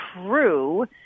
true